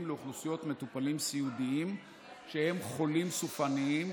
לאוכלוסיות מטופלים סיעודיים שהם חולים סופניים,